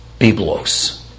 Biblos